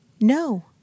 No